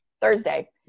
Thursday